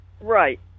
Right